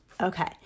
okay